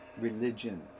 religion